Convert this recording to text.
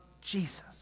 Jesus